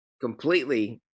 Completely